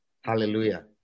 Hallelujah